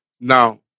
Now